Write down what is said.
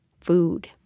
food